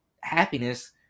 happiness